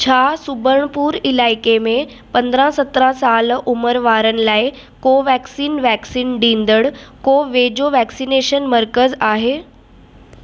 छा सुबर्णपुर इलाइक़े में पंद्रहां सतिरहं साल उमिरि वारनि लाइ कोवेक्सीन वैक्सीन ॾींदड़ को वेझो वैक्सिनेशन मर्कज़ आहे